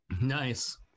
Nice